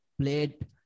played